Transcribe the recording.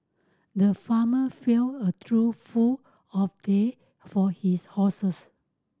the farmer filled a trough full of they for his horses